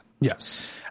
Yes